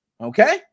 okay